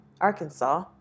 Arkansas